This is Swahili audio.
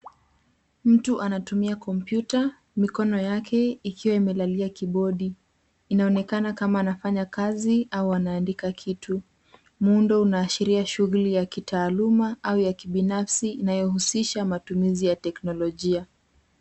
Mtu anatumia kompyuta, mikono yake ikiwa imelalia kibodi. Inaonekana kama anafanya kazi au anaandika kitu. Muundo unaashiria shughuli ya kitaaluma au ya kibinafsi inayohusisha matumizi ya teknolojia.